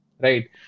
right